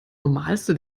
normalste